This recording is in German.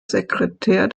sekretär